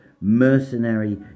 mercenary